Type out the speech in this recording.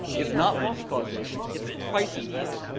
is not loss causation it's price impact,